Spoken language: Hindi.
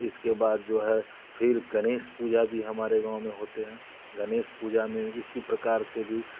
इसके बाद जो है फिर गणेश पूजा भी हमारे गांव में होते हैं गणेश पूजा में इसी प्रकार से भी